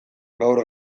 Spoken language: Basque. gaur